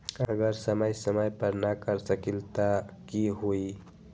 अगर समय समय पर न कर सकील त कि हुई?